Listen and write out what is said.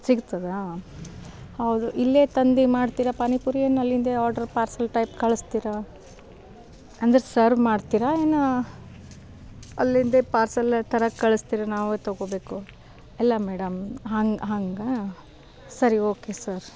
ಸಿಗ್ತದಾ ಹೌದು ಇಲ್ಲೇ ತಂದು ಮಾಡ್ತೀರಾ ಪಾನಿಪುರಿ ಏನು ಅಲ್ಲಿಂದೇ ಆರ್ಡರ್ ಪಾರ್ಸೆಲ್ ಟೈಪ್ ಕಳಿಸ್ತೀರಾ ಅಂದರೆ ಸರ್ವ್ ಮಾಡ್ತೀರಾ ಏನು ಅಲ್ಲಿಂದೇ ಪಾರ್ಸಲ್ ಥರ ಕಳಿಸ್ತೀರಾ ನಾವೇ ತಗೋಬೇಕು ಇಲ್ಲ ಮೇಡಮ್ ಹಂಗೆ ಹಾಗಾ ಸರಿ ಓಕೆ ಸರ್